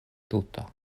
tuta